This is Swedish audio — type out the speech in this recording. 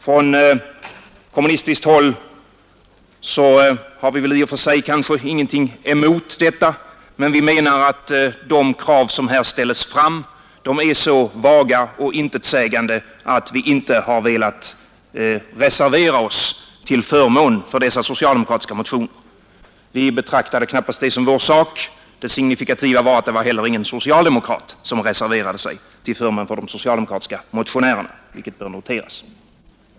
Från kommunistiskt håll har vi i och för sig ingenting emot detta, men vi menar att de krav som ställs är så vaga och intetsägande att vi inte har velat reservera oss till förmån för dessa socialdemokratiska motioner. Vi betraktar knappast heller det som vår sak; det signifikativa är att inte heller någon socialdemokrat reserverade sig till förmån för de socialdemokratiska motionerna, vilket bör noteras.